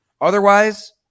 Otherwise